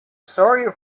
sorry